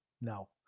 No